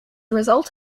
result